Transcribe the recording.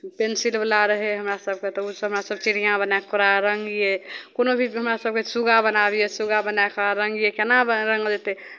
पेंसिलवला रहै हमरासभके तऽ ओहिसँ हमरासभ चिड़ियाँ बना कऽ ओकरा रङ्गियै कोनो भी हमरा सभके सुग्गा बनाबियै सुग्गा बना कऽ रङ्गियै केना ब रङ्गल जेतै